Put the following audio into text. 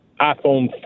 iPhone